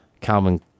Calvin